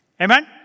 Amen